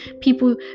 people